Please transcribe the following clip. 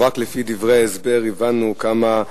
רק לפי דברי ההסבר אנחנו הבנו כמה,